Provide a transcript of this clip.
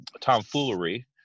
tomfoolery